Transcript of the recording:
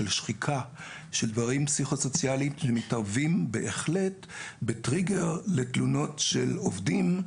שחיקה ודברים פסיכו-סוציאליים שמתערבים בהחלט בטריגר לתלונות של עובדים.